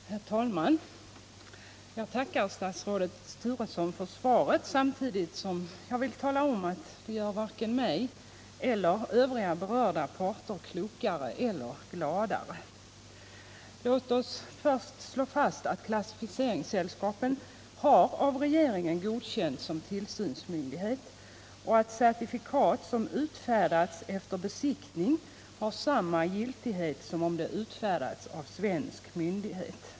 Herr talman! Jag tackar statsrådet Turesson för svaret samtidigt som jag vill tala om att det gör varken mig eller övriga berörda parter klokare eller gladare. Låt oss först slå fast att klassificeringssällskapen av regeringen har godkänts som tillsynsmyndighet och att certifikat som utfärdats efter besiktning har samma giltighet som om det utfärdats av svensk myndighet.